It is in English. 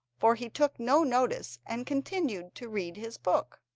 for he took no notice, and continued to read his book.